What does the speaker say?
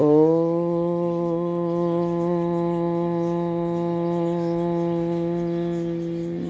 ઓમ